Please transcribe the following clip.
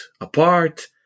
apart